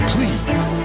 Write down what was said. Please